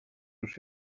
już